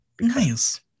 Nice